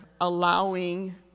allowing